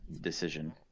decision